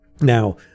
Now